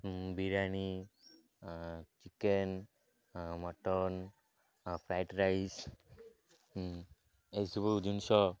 biryani chicken mutton fried rice ଏଇସବୁ ଜିନିଷ